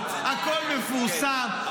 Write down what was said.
הכול מפורסם,